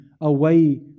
away